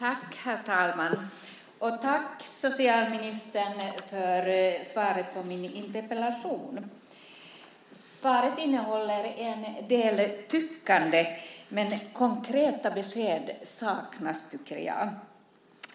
Herr talman! Tack, socialministern, för svaret på min interpellation! Svaret innehåller en del tyckande, men konkreta besked saknas, tycker jag.